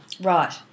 Right